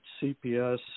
CPS